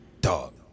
Dog